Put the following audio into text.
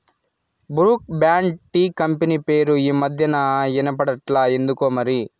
Brooke Bond tea company పేరే ఈ మధ్యనా ఇన బడట్లా ఎందుకోమరి